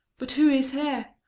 but who is here?